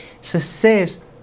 success